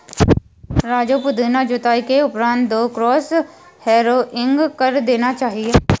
राजू पुदीना जुताई के उपरांत दो क्रॉस हैरोइंग कर देना चाहिए